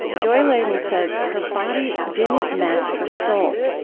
joy ladin says her body didn't match her soul.